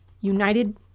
united